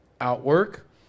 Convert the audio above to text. outwork